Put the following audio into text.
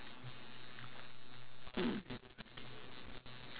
mm